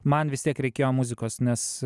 man vis tiek reikėjo muzikos nes